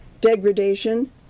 Degradation